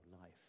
life